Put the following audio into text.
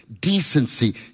decency